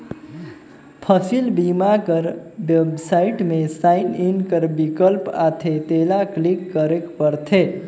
फसिल बीमा कर बेबसाइट में साइन इन कर बिकल्प आथे तेला क्लिक करेक परथे